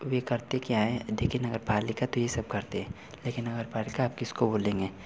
वे करते क्या हैं देखिए नगर पालिका तो यह सब करते हैं लेकिन नगर पालिका आप किसको बोलेंगे